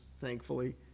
thankfully